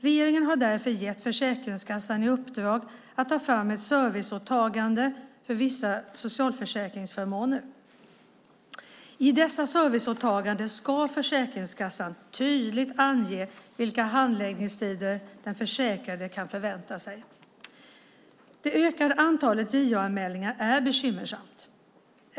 Regeringen har därför gett Försäkringskassan i uppdrag att ta fram ett serviceåtagande för vissa socialförsäkringsförmåner. I dessa serviceåtaganden ska Försäkringskassan tydligt ange vilka handläggningstider den försäkrade kan förvänta sig. Det ökade antalet JO-anmälningar är bekymmersamt.